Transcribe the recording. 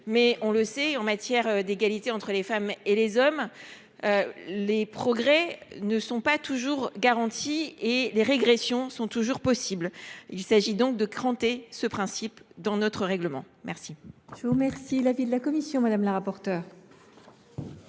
nous le savons, en matière d’égalité entre les femmes et les hommes, si les progrès ne sont pas garantis par les textes, les régressions sont toujours possibles. Il s’agit donc de cranter ce principe dans notre règlement. Quel